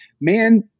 man